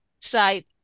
side